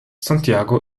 santiago